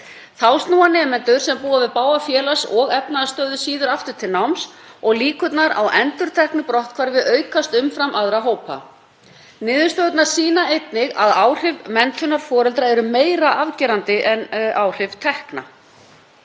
Þá snúa nemendur sem búa við bága félags- og efnahagsstöðu síður aftur til náms og líkurnar á endurteknu brotthvarfi aukast umfram aðra hópa. Niðurstöðurnar sýna einnig að áhrif menntunar foreldra eru meira afgerandi en áhrif tekna.